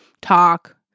talk